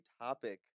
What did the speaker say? topic